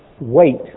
wait